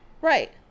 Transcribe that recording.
Right